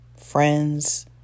friends